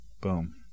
Boom